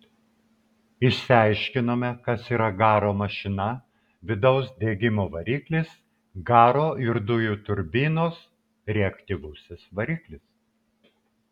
išsiaiškinome kas yra garo mašina vidaus degimo variklis garo ir dujų turbinos reaktyvusis variklis